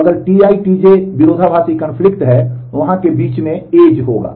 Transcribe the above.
तो अगर Ti Tj विरोधाभासी है वहाँ के बीच में edge होगा